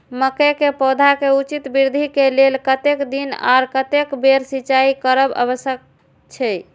मके के पौधा के उचित वृद्धि के लेल कतेक दिन आर कतेक बेर सिंचाई करब आवश्यक छे?